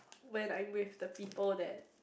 when I am with the people that